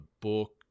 book